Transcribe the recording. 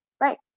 Right